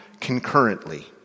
concurrently